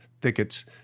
thickets